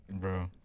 Bro